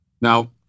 Now